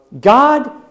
God